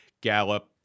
Gallup